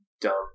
dumb